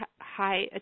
high